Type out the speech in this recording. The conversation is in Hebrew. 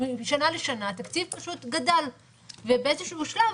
משנה לשנה התקציב פשוט גדל ובאיזשהו שלב